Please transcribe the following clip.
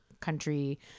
country